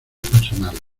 personales